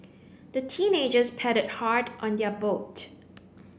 the teenagers paddled hard on their boat